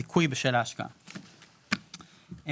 זיכוי ממס בשל השקעה במניות חברת מו"פ2.(א)